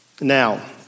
Now